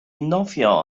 nofio